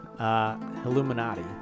Illuminati